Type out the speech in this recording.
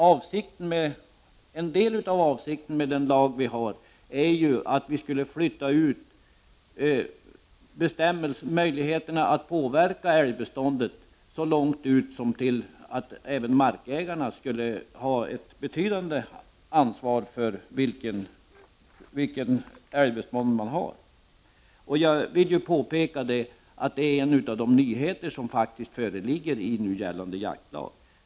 Avsikten med den nuvarande lagen är bl.a. att ge även markägarna ett betydande ansvar för sitt älgbestånd. Jag vill påpeka att detta är en av nyheterna i nu gällande jaktlag.